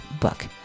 book